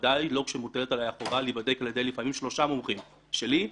בוודאי לא כשמוטלת החובה להיבדק על ידי שלושה מומחים: שלי,